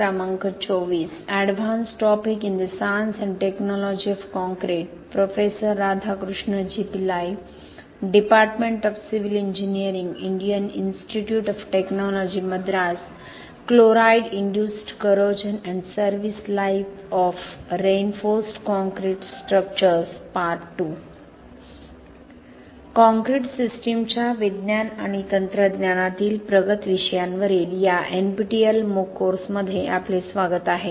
concrete सिस्टीमच्या विज्ञान आणि तंत्रज्ञानातील प्रगत विषयांवरील या NPTEL मूक कोर्समध्ये आपले स्वागत आहे